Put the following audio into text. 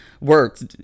works